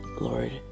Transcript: Lord